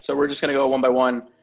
so we're just gonna go one by one,